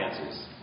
answers